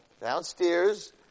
Downstairs